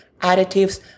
additives